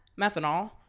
methanol